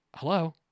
Hello